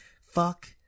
fuck